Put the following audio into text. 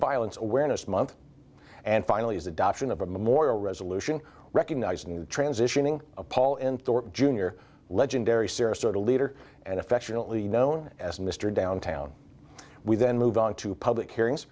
violence awareness month and finally is adoption of a memorial resolution recognize and transitioning paul in junior legendary serious sort of leader and affectionately known as mr downtown we then move on to public hearings